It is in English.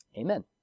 Amen